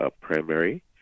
primary